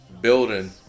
building